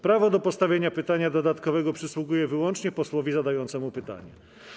Prawo do postawienia pytania dodatkowego przysługuje wyłącznie posłowi zadającemu pytanie.